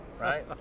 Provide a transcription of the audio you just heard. right